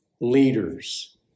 leaders